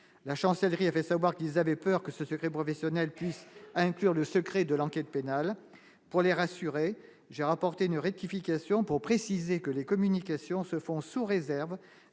la chancellerie a fait savoir qu'ils avaient peur que ce secret professionnel puisse inclure le secret de l'enquête pénale pour les rassurer, j'ai rapporté une rectification pour préciser que les communications se font sous réserve